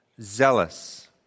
zealous